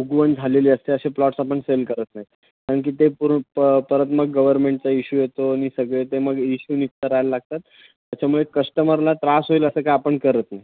उगवण झालेले असते अशे प्लॉट्स आपण सेल करत नाही कारण की ते पुर प परत मग गवरमेंटचा इश्यू येतो आणि सगळे ते मग इश्यू निस्तरायला लागतात त्याच्यामुळे कस्टमरला त्रास होईल असं काही आपण करत नाही